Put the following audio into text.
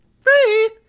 Free